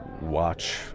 watch